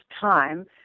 time